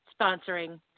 sponsoring